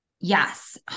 Yes